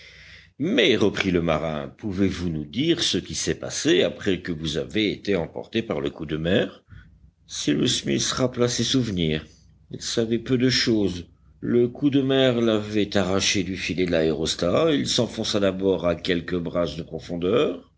mais reprit le marin pouvez-vous nous dire ce qui s'est passé après que vous avez été emporté par le coup de mer cyrus smith rappela ses souvenirs il savait peu de chose le coup de mer l'avait arraché du filet de l'aérostat il s'enfonça d'abord à quelques brasses de profondeur